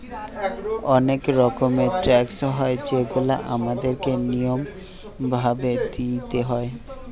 অনেক রকমের ট্যাক্স হয় যেগুলা আমাদের কে নিয়ম ভাবে দিইতে হয়